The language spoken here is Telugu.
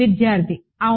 విద్యార్థి అవును